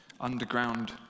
underground